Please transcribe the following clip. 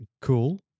Cool